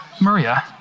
Maria